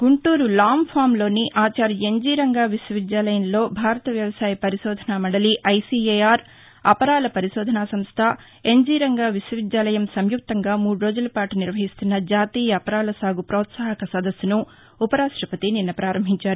గుంటూరు లాంఫాంలోని ఆచార్య ఎన్షీరంగా విశ్వవిద్యాలయంలో భారత వ్యవసాయ పరిశోధన మందలి ఐసీఏఆర్ అపరాల పరిశోధన సంస్ట ఎన్జీ రంగా విశ్వవిద్యాలయం సంయుక్తంగా మూడు రోజుల పాటు నిర్వహిస్తున్న జాతీయ అపరాల సాగు ప్రోత్సాహక సదస్సును ఉపరాష్టపతి నిన్న ప్రారంభించారు